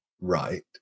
right